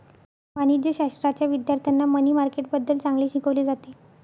वाणिज्यशाश्राच्या विद्यार्थ्यांना मनी मार्केटबद्दल चांगले शिकवले जाते